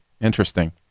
interesting